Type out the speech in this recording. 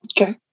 Okay